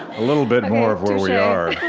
a little bit more of where we are.